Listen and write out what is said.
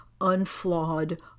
unflawed